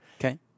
Okay